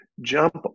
jump